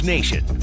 Nation